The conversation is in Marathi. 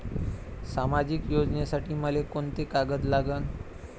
सामाजिक योजनेसाठी मले कोंते कागद लागन?